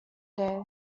day